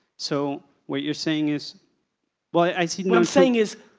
so, what you're saying is but i mean what i'm saying is,